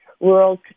rural